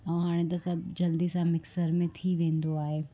ऐं हाणे त सभु जल्दी सां मिक्सर में थी वेंदो आहे